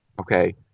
okay